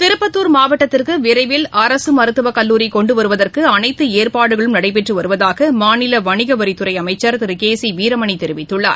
திருப்பத்தூர் மாவட்டத்திற்குவிரைவில் அரசுமருத்துவக்கல்லூரி கொண்டுவருவதற்குஅனைத்துஏற்பாடுகளும் நடைபெற்றுவருவதாகமாநிலவணிகவரித்துறைஅமைச்சர் திருகேசிவீரமணிதெரிவித்துள்ளார்